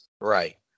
right